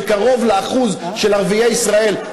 שזה קרוב לאחוז של ערביי ישראל,